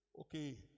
okay